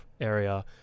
area